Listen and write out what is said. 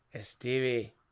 Stevie